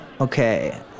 Okay